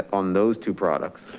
ah on those two products,